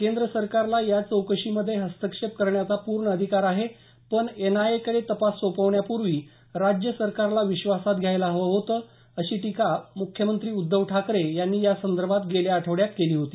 केंद्र सरकारला या चौकशीमध्ये हस्तक्षेप करण्याचा पूर्ण अधिकार आहे पण एनआयएकडे तपास सोपवण्यापूर्वी राज्य सरकारला विश्वासात घ्यायला हवं होतं अशी टीका मुख्यमंत्री उद्धव ठाकरे यांनी या संदर्भात गेल्या आठवड्यात केली होती